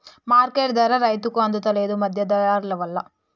market ధర రైతుకు అందుత లేదు, మధ్య దళారులవల్ల